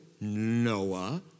Noah